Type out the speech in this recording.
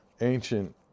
ancient